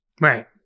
Right